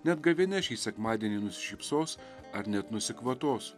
net gavėnia šį sekmadienį nusišypsos ar net nusikvatos